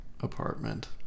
apartment